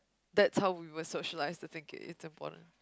that's how we were socialised to think it's important